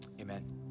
Amen